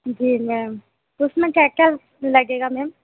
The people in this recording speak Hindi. जी मैम उसमें क्या क्या लगेगा मैम